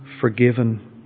forgiven